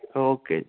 okay